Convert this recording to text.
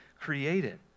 created